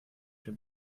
dem